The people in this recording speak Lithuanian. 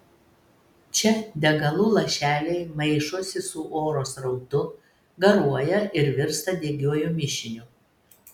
čia degalų lašeliai maišosi su oro srautu garuoja ir virsta degiuoju mišiniu